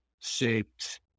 shaped